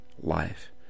life